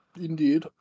Indeed